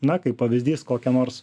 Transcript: na kaip pavyzdys kokią nors